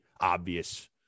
obvious